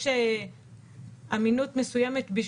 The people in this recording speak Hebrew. יכול להיות שיש הצדקה היום לומר,